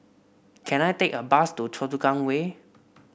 can I take a bus to Choa Chu Kang Way